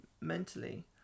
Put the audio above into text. mentally